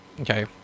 Okay